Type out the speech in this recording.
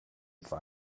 etwa